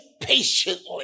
patiently